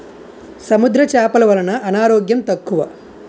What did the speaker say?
సముద్ర చేపలు వలన అనారోగ్యం తక్కువ